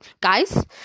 guys